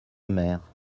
mère